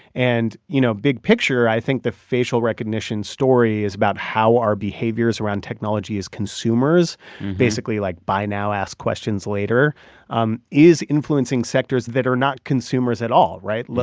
and, you know, big picture, i think the facial recognition story is about how our behaviors around technology as consumers basically, like, buy now, ask questions later um is influencing sectors that are not consumers at all, right?